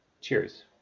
cheers